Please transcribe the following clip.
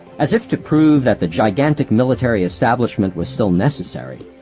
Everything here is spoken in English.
as if to prove that the gigantic military establishment was still necessary,